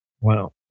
Wow